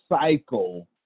cycle